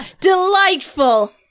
delightful